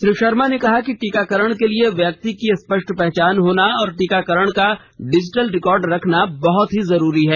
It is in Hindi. श्री शर्मा ने कहा कि टीकाकरण के लिए व्यक्ति की स्पष्ट पहचान होना और टीकाकरण का डिजीटल रिकॉर्ड रखना बहुत जरूरी है